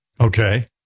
Okay